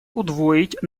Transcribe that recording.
удвоить